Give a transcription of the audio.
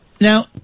now